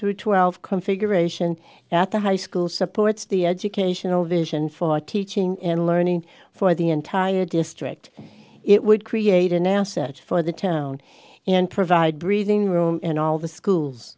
through twelve configuration at the high school supports the educational vision for teaching and learning for the entire district it would create an asset for the town and provide breathing room in all the schools